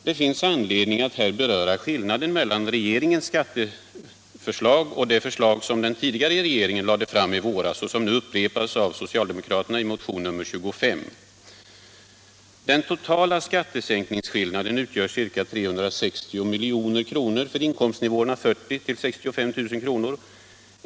Det finns anledning att här beröra skillnaden mellan regeringens skatteförslag och det förslag som den tidigare regeringen lade fram i våras och som nu upprepas av socialdemokraterna i motion nr 25. Den totala skattesänkningsskillnaden utgör ca 360 milj.kr. för inkomstnivåerna 40 000-65 000 kr.